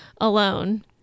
alone